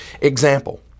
Example